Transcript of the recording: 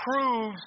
proves